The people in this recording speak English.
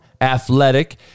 athletic